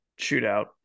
shootout